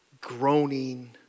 groaning